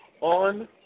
on